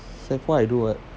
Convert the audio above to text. sec~ four I do [what]